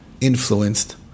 influenced